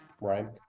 right